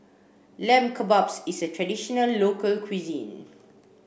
Lamb Kebabs is a traditional local cuisine